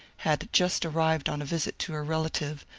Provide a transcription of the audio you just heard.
had just arrived on a visit to her relative,